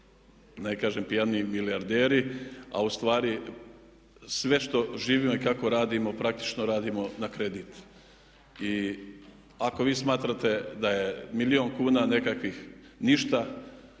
ne kažem pijani milijarderi, a u stvari sve što živimo i kako radimo praktično radimo na kredit. I ako vi smatrate da je milijun kuna nekakvih ništa,